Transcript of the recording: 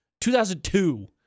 2002